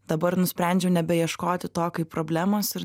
dabar nusprendžiau nebeieškoti to kaip problemos ir